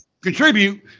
contribute